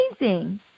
amazing